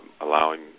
allowing